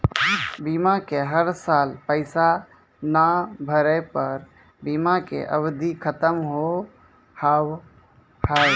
बीमा के हर साल पैसा ना भरे पर बीमा के अवधि खत्म हो हाव हाय?